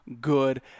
good